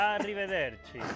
Arrivederci